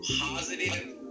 positive